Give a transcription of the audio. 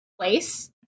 place